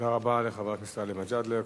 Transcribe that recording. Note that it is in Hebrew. תודה רבה לחבר הכנסת גאלב מג'אדלה.